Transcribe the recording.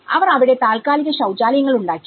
അവർ അവിടെ താൽക്കാലിക ശൌചാലയങ്ങൾ ഉണ്ടാക്കി